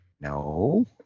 No